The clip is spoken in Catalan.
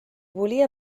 volia